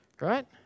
Right